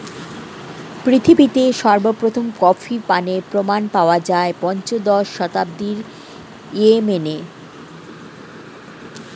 পৃথিবীতে সর্বপ্রথম কফি পানের প্রমাণ পাওয়া যায় পঞ্চদশ শতাব্দীর ইয়েমেনে